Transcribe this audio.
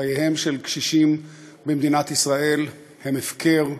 חייהם של קשישים במדינת ישראל הם הפקר,